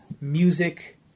music